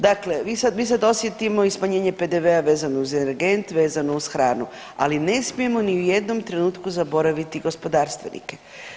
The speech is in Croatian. Dakle, mi sad osjetimo i smanjenje PDV-a vezano uz energent vezano uz hranu, ali ne smijemo ni u jednom trenutku zaboraviti gospodarstvenike.